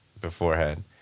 beforehand